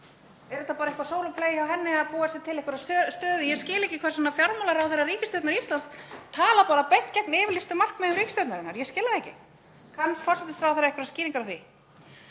Er þetta bara eitthvert „solo play“ hjá henni til að búa sér til einhverja stöðu? Ég skil ekki hvers vegna fjármálaráðherra ríkisstjórnar Íslands talar bara beint gegn yfirlýstum markmiðum ríkisstjórnarinnar. Ég skil það ekki. Kann forsætisráðherra einhverjar skýringar á því?